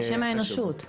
בשם האנושות.